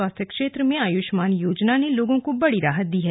स्वास्थ्य क्षेत्र में आयुष्मान योजना ने लोगों को बड़ी राहत दी है